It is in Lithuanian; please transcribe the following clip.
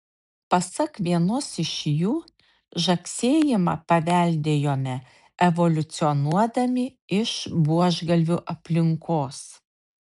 pasak vienos iš jų žagsėjimą paveldėjome evoliucionuodami iš buožgalvių aplinkos